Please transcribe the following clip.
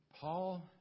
Paul